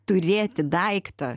turėti daiktą